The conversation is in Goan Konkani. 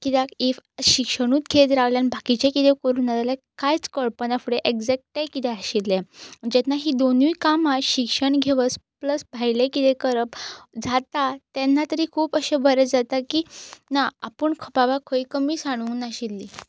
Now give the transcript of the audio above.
कित्याक इफ शिक्षणूत घेयीत रावले आनी बाकीचें कितें करूं ना जाल्यार कांयच कळपाक ना फुडें ऍक्जेक्टय कितें आशिल्लें जेन्ना ही दोनूय कामां शिक्षण घेवस प्लस भायले कितें करप जाता तेन्ना तरी खूब अशें बरें जाता की ना आपूण खंय बाबा खंय कमी सांडूंक नाशिल्ली